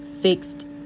fixed